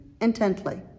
intently